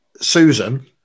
Susan